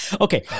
okay